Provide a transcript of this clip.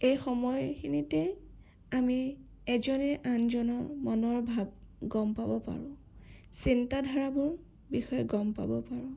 এই সময়খিনিতেই আমি এজনে আনজনৰ মনৰ ভাব গম পাব পাৰোঁ চিন্তাধাৰাবোৰৰ বিষয়ে গম পাব পাৰোঁ